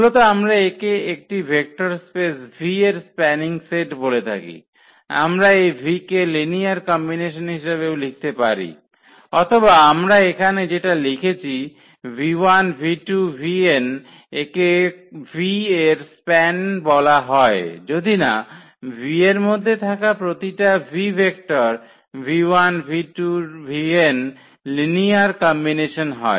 মূলত আমরা একে একটি ভেক্টর স্পেস V এর স্প্যানিং সেট বলে থাকি আমরা এই V কে লিনিয়ার কম্বিনেশন হিসাবেও লিখতে পারি অথবা আমরা এখানে যেটা লিখেছি v1 v2 v𝑛 একে V এর স্প্যান বলা হয় যদিনা V এর মধ্যে থাকা প্রতিটা v vector v1 v2 v𝑛 linear combination হয়